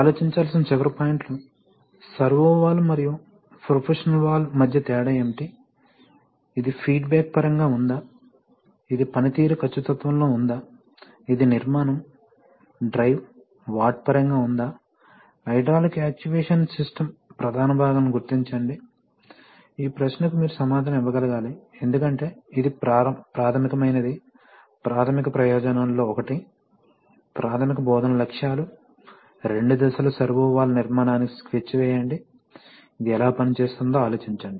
ఆలోచించాల్సిన చివరి పాయింట్లు సర్వో వాల్వ్ మరియు ప్రోపోషనల్ వాల్వ్ మధ్య తేడా ఏమిటి ఇది ఫీడ్బ్యాక్ పరంగా ఉందా ఇది పనితీరు ఖచ్చితత్వంతో ఉందా ఇది నిర్మాణం డ్రైవ్ వాట్ పరంగా ఉందా హైడ్రాలిక్ యాక్చుయేషన్ సిస్టమ్ ప్రధాన భాగాలను గుర్తించండి ఈ ప్రశ్నకు మీరు సమాధానం ఇవ్వగలగాలి ఎందుకంటే ఇది ప్రాథమికమైనది ప్రాథమిక ప్రయోజనాల్లో ఒకటి ప్రాథమిక బోధనా లక్ష్యాలు రెండు దశల సర్వో వాల్వ్ నిర్మాణానికి స్కెచ్ వేయండి ఇది ఎలా పనిచేస్తుందో ఆలోచించండి